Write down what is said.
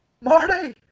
Marty